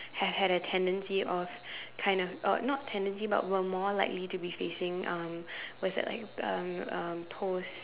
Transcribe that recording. has had a tendency of kind of uh not tendency but will more likely to be facing um what's that like um um post